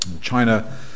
China